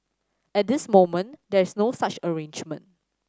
at this moment there is no such arrangement